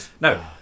no